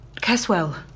Caswell